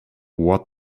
what